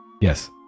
Yes